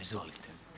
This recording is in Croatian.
Izvolite.